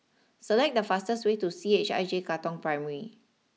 select the fastest way to C H I J Katong Primary